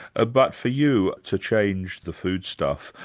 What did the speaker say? ah but for you, to change the foodstuff,